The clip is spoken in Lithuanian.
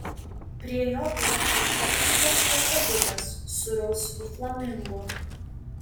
prie jo buvo pritvirtintas pakabukas su rausvu flamingu